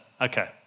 okay